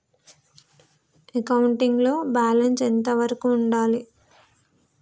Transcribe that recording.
Accounting లో balance ఎంత వరకు ఉండాలి?